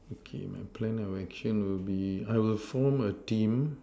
okay my plan action will be I will form a team